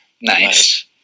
Nice